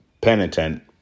penitent